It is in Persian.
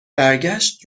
برگشت